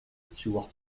stewart